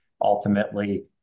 Ultimately